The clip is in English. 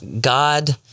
God